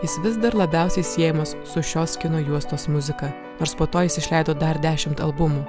jis vis dar labiausiai siejamas su šios kino juostos muzika nors po to jis išleido dar dešimt albumų